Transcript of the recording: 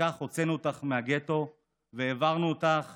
וכך הוצאנו אותך מהגטו והעברנו אותך